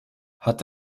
hat